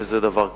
וזה דבר קריטי.